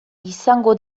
izango